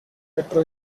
metro